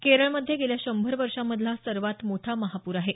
केरळमध्ये गेल्या शंभर वर्षामधला हा सर्वात मोठा महापूर आहे